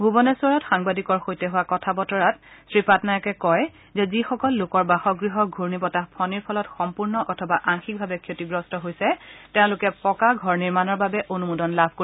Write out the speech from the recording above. ভূৱনেশ্বৰত সাংবাদিকৰে হোৱা কথা বতৰাৰ শ্ৰীপাটনায়কে কয় যে যিসকল লোকৰ বাসগৃহ ঘূৰ্ণি বতাহ ফণীৰ ফলত সম্পূৰ্ণ অথবা আংশিকভাৱে ক্ষতিগ্ৰস্ত হৈছে তেওঁলোকে পকা ঘৰ নিৰ্মাণৰ বাবে অনুমোদন লাভ কৰিব